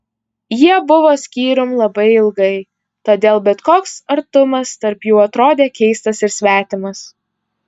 jie buvo skyrium labai ilgai todėl bet koks artumas tarp jų atrodė keistas ir svetimas